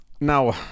now